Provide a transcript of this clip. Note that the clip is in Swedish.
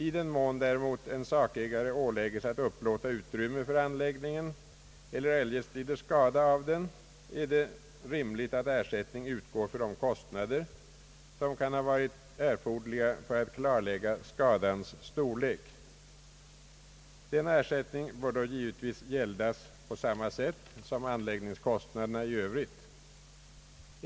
I den mån däremot en sakägare ålägges att upplåta utrymme för anläggningen eller eljest lider skada av den, är det rimligt att ersättning utgår för de kostnader som kan ha varit erforderliga för att klarlägga skadans storlek. Denna ersättning bör då givetvis gäldas på samma sätt som anläggningskostnaderna i Övrigt.